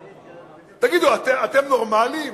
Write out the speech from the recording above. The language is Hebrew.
תגידו, אתם נורמלים?